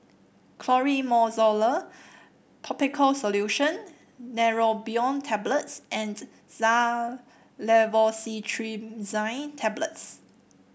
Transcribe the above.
Clotrimozole Topical Solution Neurobion Tablets and Xyzal Levocetirizine Tablets